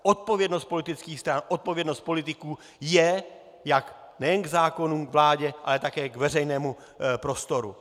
Odpovědnost politických stran, odpovědnost politiků je jak nejen k zákonům, k vládě, ale také k veřejnému prostoru.